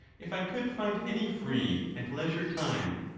if i could find any free and leisure time.